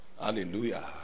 Hallelujah